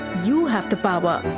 you have the power.